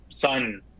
sun